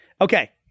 Okay